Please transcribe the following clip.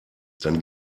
dann